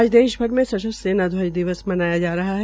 आज देश भर में सशस्त्र सेना ध्वज दिवस मनाया जा रहा है